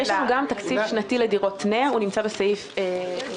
סוף סוף בית המשפט נתן לו אסמכתא להעדיף תוצרת הארץ והוא ערער לעליון.